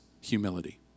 humility